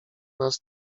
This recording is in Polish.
nas